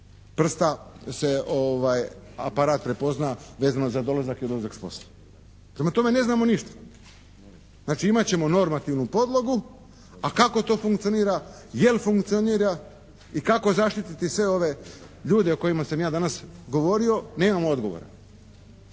prsta se, aparat prepozna vezano za dolazak i odlazak s posla. Prema tome ne znamo ništa. Znači imat ćemo normativnu podlogu. A kako to funkcionira, jel funkcionira i kako zaštiti sve ove ljude o kojima sam ja danas govorio nemam odgovora.